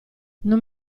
non